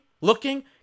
looking